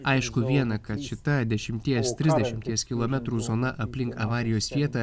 aišku viena kad šita dešimties trisdešimties kilometrų zona aplink avarijos vietą